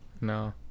no